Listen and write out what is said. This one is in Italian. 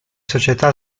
società